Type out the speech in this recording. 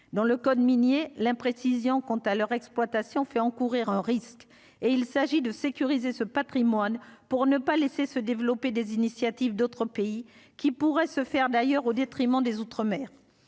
dans le code minier l'imprécision quant à leur exploitation fait encourir un risque et il s'agit de sécuriser ce Patrimoine pour ne pas laisser se développer des initiatives d'autres pays qui pourrait se faire d'ailleurs au détriment des Outre-mer